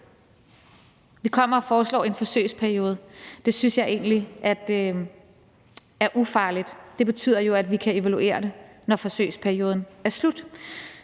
Vi kommer og foreslår en forsøgsperiode. Det synes jeg egentlig er ufarligt, og det betyder jo, at vi kan evaluere det, når forsøgsperioden er slut.